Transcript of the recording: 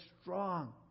strong